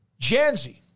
Janzi